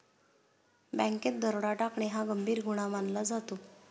बँकेत दरोडा टाकणे हा गंभीर गुन्हा मानला जातो